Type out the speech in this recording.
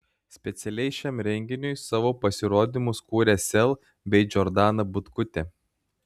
specialiai šiam renginiui savo pasirodymus kūrė sel bei džordana butkutė